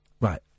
Right